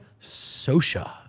Sosha